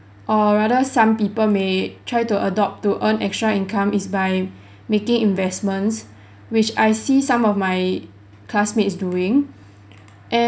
or rather some people may try to adopt to earn extra income is by making investments which I see some of my classmates doing and